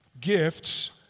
gifts